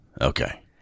Okay